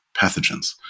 pathogens